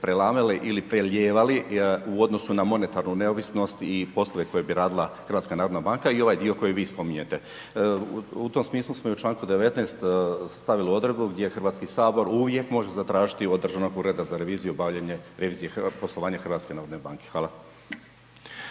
prelamale ili prelijevali u odnosu na monetarnu neovisnost i poslove koje bi radila Hrvatska narodna banka i ovaj dio koji vi spominjete. U tom smislu smo i u članku 19. stavili odredbu gdje Hrvatski sabor uvijek može zatražiti od Državnog ureda za reviziju obavljanje